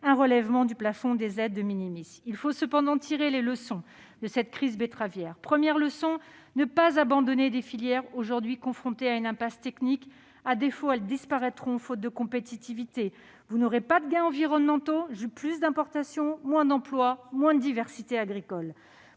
un relèvement du plafond des aides. Il faut cependant tirer les leçons de cette crise betteravière. La première leçon est claire : il ne faut pas abandonner des filières aujourd'hui confrontées à une impasse technique. À défaut, elles disparaîtront, faute de compétitivité. Vous n'aurez pas de gains environnementaux, mais vous constaterez plus d'importations, moins d'emplois et moins de diversité agricole.